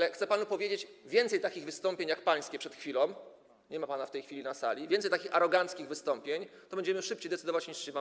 Chcę jednak panu powiedzieć: Więcej takich wystąpień, jak pańskie przed chwilą - nie ma pana w tej chwili na sali - więcej takich aroganckich wystąpień, to będziemy szybciej decydować, niż się wam